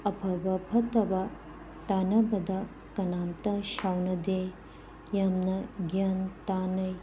ꯑꯐꯕ ꯐꯠꯇꯕ ꯇꯥꯅꯕꯗ ꯀꯅꯥꯝꯇ ꯁꯥꯎꯅꯗꯦ ꯌꯥꯝꯅ ꯒ꯭ꯌꯥꯟ ꯇꯥꯅꯩ